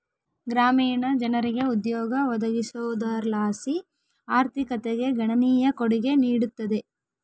ಗ್ರಾಮೀಣ ಜನರಿಗೆ ಉದ್ಯೋಗ ಒದಗಿಸೋದರ್ಲಾಸಿ ಆರ್ಥಿಕತೆಗೆ ಗಣನೀಯ ಕೊಡುಗೆ ನೀಡುತ್ತದೆ